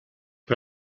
per